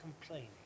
complaining